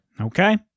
okay